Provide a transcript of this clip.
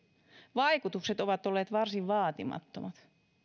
vaikutukset ovat olleet varsin vaatimattomat